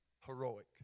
heroic